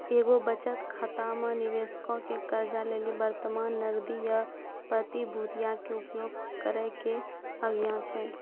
एगो बचत खाता मे निबेशको के कर्जा लेली वर्तमान नगदी या प्रतिभूतियो के उपयोग करै के आज्ञा छै